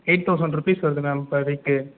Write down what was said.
eight thousand rupees வருது ma'am per week